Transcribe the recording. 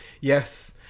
Yes